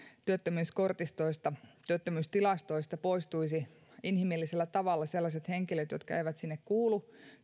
työttömyyskortistoista työttömyystilastoista poistuisivat inhimillisellä tavalla sellaiset henkilöt jotka eivät sinne kuulu